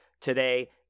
today